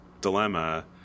dilemma